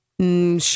Sure